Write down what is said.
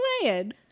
playing